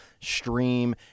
stream